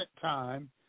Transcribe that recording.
time